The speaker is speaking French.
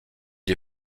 lui